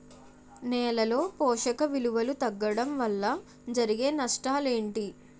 నేలలో పోషక విలువలు తగ్గడం వల్ల జరిగే నష్టాలేంటి?